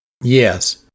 Yes